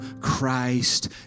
Christ